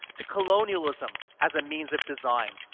to colonialism as a means of design,